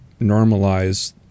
normalize